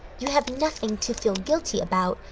you have nothing to feel guilty about,